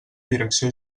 direcció